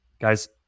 Guys